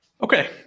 Okay